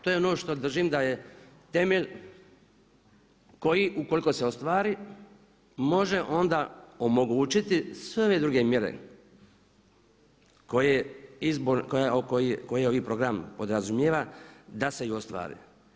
To je ono što držim da je temelj koji ukoliko se ostvari može onda omogućiti sve ove druge mjere koje ovaj program podrazumijeva da se i ostvare.